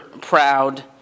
proud